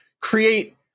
create